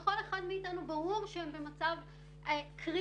שלכל אחד מאתנו ברור שהם במצב קריטי,